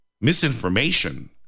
misinformation